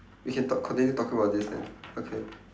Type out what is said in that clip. we can talk continue talking about this then okay